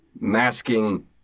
masking